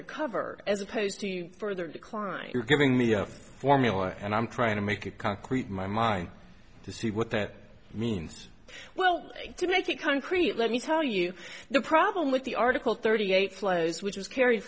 recover as opposed to further decline you're giving the formula and i'm trying to make it concrete my mind to see what that means well to make it concrete let me tell you the problem with the article thirty eight flows which